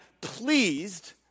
pleased